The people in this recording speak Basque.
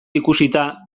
ikusita